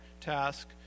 task